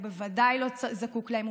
הוא בוודאי לא זקוק להן,